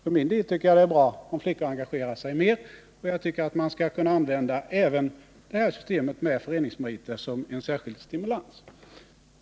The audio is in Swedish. För min del tycker jag att det är bra om flickorna engagerar sig mer, och jag tycker att man skall kunna använda även systemet med tillgodoräknande av föreningsmeriter som en särskild stimulans. Herr talman!